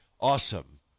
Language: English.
Awesome